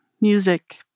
music